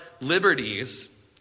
liberties